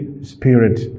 Spirit